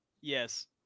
Yes